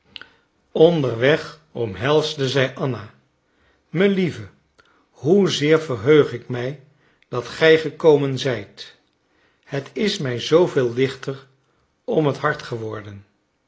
onderweg omhelsde zij anna melieve hoezeer verheug ik mij dat gij gekomen zijt het is mij zoo veel lichter om het hart geworden